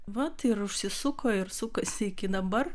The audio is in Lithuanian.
vat ir užsisuko ir sukasi iki dabar